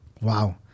Wow